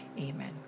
Amen